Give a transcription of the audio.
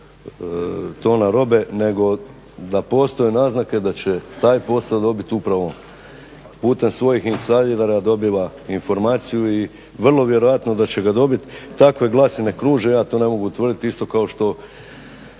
tona robe, nego da postoje naznake da će taj posao dobit upravo on. Putem svojih insajdera dobiva informaciju i vrlo vjerojatno da će ga dobiti. Takve glasine kruže, ja to ne mogu tvrditi isto kao što